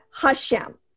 Hashem